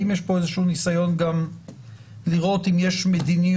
האם יש פה איזשהו ניסיון גם לראות אם יש מדיניות?